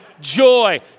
joy